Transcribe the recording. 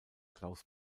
klaus